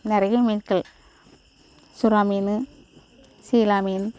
நிறையா மீன்கள் சுறா மீன் சீலா மீன்